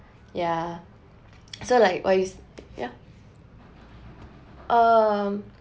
yeah so like what is yeah um